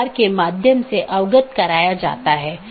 जिसके माध्यम से AS hops लेता है